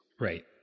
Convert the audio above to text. Right